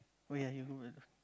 wait ah you